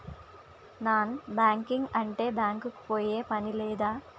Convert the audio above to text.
Non banking అంటే bank కి పోయే పని లేదా?